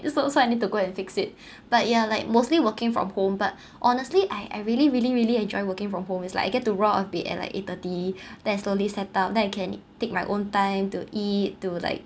feel so sad I need to go and fix it but yeah like mostly working from home but honestly I I really really really enjoy working from home it's like I get to roll out of bed at like eight thirty then I slowly set up then I can take my own time to eat to like